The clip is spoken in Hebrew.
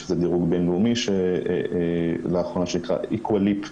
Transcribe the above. יש דירוג בין-לאומי שנקרא איקווליפ,